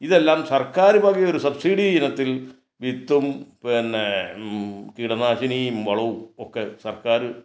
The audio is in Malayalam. ഇതെല്ലാം സർക്കാർ വക ഒരു സബ്സിഡി ഇനത്തിൽ വിത്തും പിന്നെ കീടനാശിനിയും വളവും ഒക്കെ സർക്കാർ